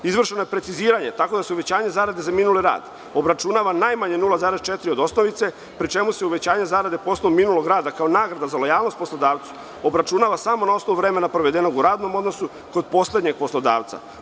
Izvršeno je preciziranje tako da se uvećanje zarada za minuli rad obračunava najmanje 0,4% od osnovice, pri čemu se uvećanje zarade po osnovu minulog rada kao nagrada za lojalnost poslodavcu obračunava samo na osnovu vremena provedenog u radnom odnosu kod poslednjeg poslodavca.